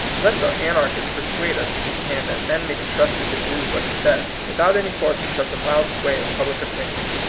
let the anarchist persuade us, if he can, that men may be trusted to do what is best, without any force except the mild sway of public opinion.